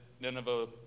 Nineveh